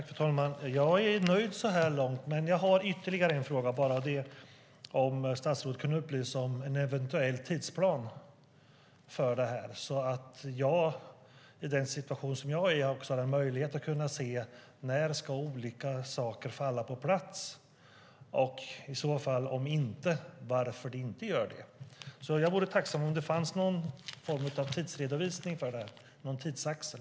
Fru talman! Jag är nöjd så här långt, men jag har ytterligare en fråga. Kan statsrådet upplysa om en eventuell tidsplan? Jag vill ha möjlighet att se när olika saker ska falla på plats och varför de eventuellt inte gör det. Jag vore tacksam om det fanns någon form av tidsredovisning eller tidsaxel.